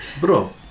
bro